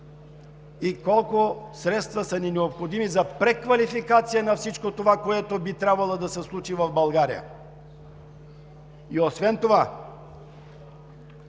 и колко средства са ни необходими за преквалификация на всичко това, което би трябвало да се случи в България. Освен това